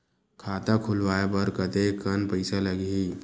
खाता खुलवाय बर कतेकन पईसा लगही?